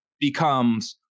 becomes